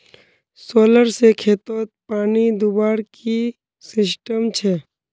Solar से खेतोत पानी दुबार की सिस्टम छे?